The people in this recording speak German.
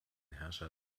herrscher